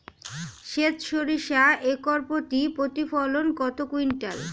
সেত সরিষা একর প্রতি প্রতিফলন কত কুইন্টাল?